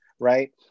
right